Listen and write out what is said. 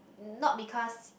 not because